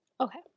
Okay